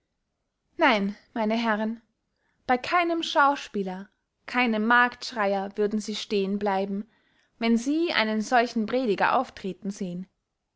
nein meine herren bey keinem schauspieler keinem marktschreyer würden sie stehen bleiben wenn sie einen solchen prediger auftreten sehen